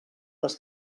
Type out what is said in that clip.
les